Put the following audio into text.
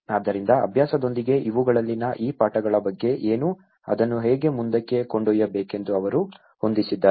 ಆದ್ದರಿಂದ ಅಭ್ಯಾಸದೊಂದಿಗೆ ಇವುಗಳಲ್ಲಿನ ಈ ಪಾಠಗಳ ಬಗ್ಗೆ ಏನು ಅದನ್ನು ಹೇಗೆ ಮುಂದಕ್ಕೆ ಕೊಂಡೊಯ್ಯಬೇಕೆಂದು ಅವರು ಹೊಂದಿಸಿದ್ದಾರೆ